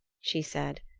she said.